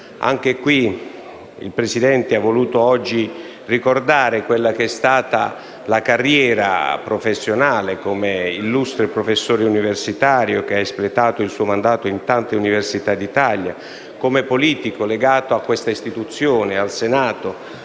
Saporito. Il Presidente ha voluto oggi ricordarne la carriera professionale come illustre professore universitario, che ha espletato il suo mandato in tante università d'Italia, come politico legato a questa istituzione, al Senato,